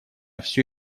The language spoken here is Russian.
все